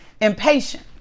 Impatient